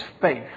faith